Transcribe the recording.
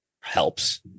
helps